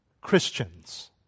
Christians